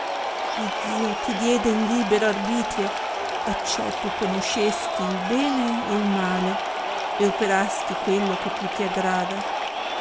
iddio ti diede il libero arbitrio acciò tu conoscesti il bene e il male e operasti quello che più ti aggrada